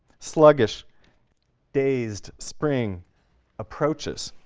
sluggish dazed spring approaches